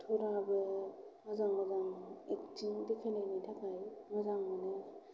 एक्टरआबो मोजां मोजां एकटिं देखायनायनि थाखाय मोजां मोनो